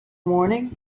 morning